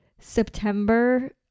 September